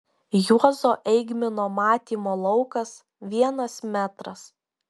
juozo eigmino matymo laukas vienas metras